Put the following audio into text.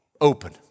open